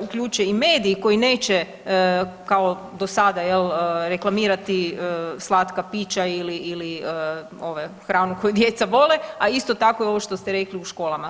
uključe i mediji koji neće kao dosada jel reklamirati slatka pića ili, ili ove hranu koju djeca vole, a isto tako i ovo što ste rekli u školama.